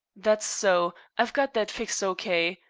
that's so. i've got that fixed o k.